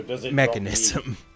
Mechanism